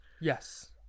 Yes